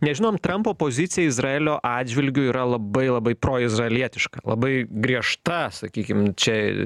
nes žinom trumpo pozicija izraelio atžvilgiu yra labai labai proizraelietiška labai griežta sakykim čia